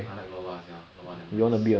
I like lorbak sia lorbak damn nice